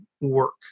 work